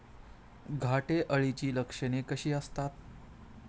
घाटे अळीची लक्षणे कशी असतात?